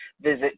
Visit